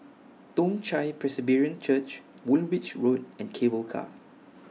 Toong Chai Presbyterian Church Woolwich Road and Cable Car